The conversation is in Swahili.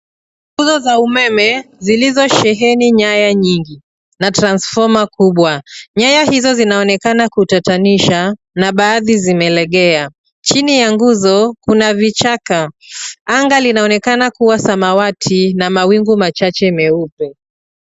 Nguzo za umeme zilizosheheni nyaya nyingi na transformer kubwa. Nyaya hizo zinaonekana kutatanisha na baadhi zimelegea. Chini ya nguzo kuna vichaka. Anga linaonekana kuwa samawati na mawingu machache meupe.